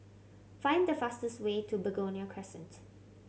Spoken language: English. find the fastest way to Begonia Crescent